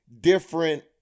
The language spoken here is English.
different